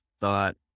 thought